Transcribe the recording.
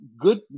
good